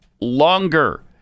longer